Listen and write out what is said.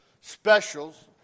specials